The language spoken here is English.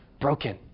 broken